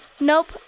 Nope